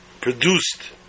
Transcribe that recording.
produced